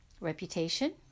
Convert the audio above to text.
reputation